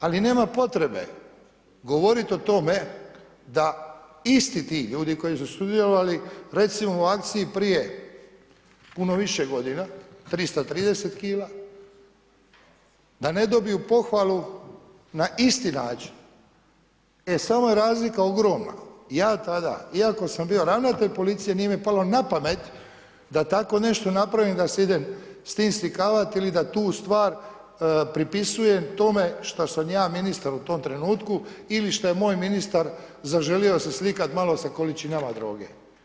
Ali nema potrebe govoriti o tome da isti ti ljudi koji su sudjelovali, recimo u akciji prije puno više godina, 330 kila da ne dobiju pohvalu na isti način, e samo je razlika ogromna, ja tada iako sam bio ravnatelj policije, nije mi palo napamet da tako nešto napravim da se idem s tim slikati ili da tu stvar pripisujem tome šta sam ja ministar u tom trenutku ili šta je moj ministar zaželio se slikati malo sa količinama droge.